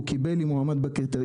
הוא קיבל אם הוא עמד בקריטריונים.